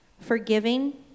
forgiving